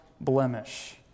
blemish